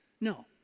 No